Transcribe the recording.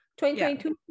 2022